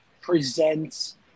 presents